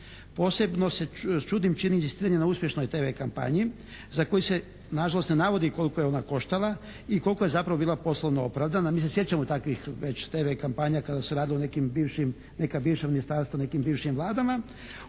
Posebno se čudim …/Govornik se ne razumije./… na uspješnoj TV kampanji za koji se na žalost ne navodi koliko je ona koštala i koliko je zapravo bila poslovno opravdana. Mi se sjećamo takvih već TV kampanja kada se radilo o nekim bivšim, neka bivša ministarstva, nekim bivšim vladama